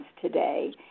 today